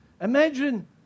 Imagine